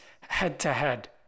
head-to-head